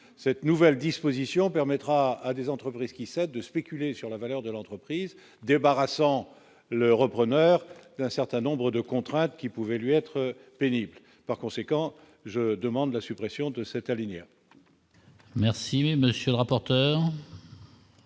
cette nouvelle disposition permettra à des entreprises qui ça, de spéculer sur la valeur de l'entreprise, débarrassant le repreneur d'un certain nombres de contraintes qui pouvait lui être pénible, par conséquent, je demande la suppression de cet.